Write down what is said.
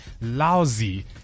lousy